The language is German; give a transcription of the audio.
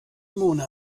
mona